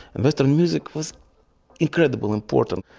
and western music was incredibly important.